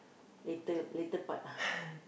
later later part